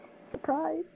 surprise